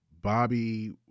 Bobby